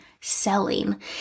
selling